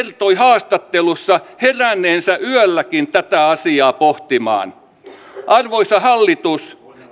haastattelussa heränneensä yölläkin tätä asiaa pohtimaan arvoisa hallitus